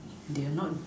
if they are not